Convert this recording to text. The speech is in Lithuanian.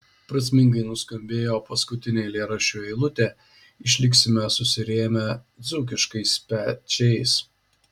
prasmingai nuskambėjo paskutinė eilėraščio eilutė išliksime susirėmę dzūkiškais pečiais